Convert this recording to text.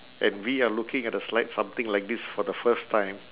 and we are looking at the slide something like this for the first time